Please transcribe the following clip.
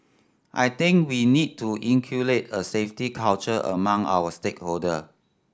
I think we need to inculcate a safety culture among our stakeholder